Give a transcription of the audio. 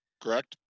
Correct